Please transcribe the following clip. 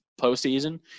postseason